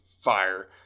fire